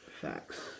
Facts